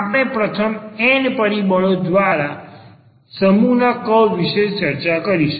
આપણે પ્રથમ n પરિબળો વાળા સમૂહના કર્વ વિષે ચર્ચા કરી હતી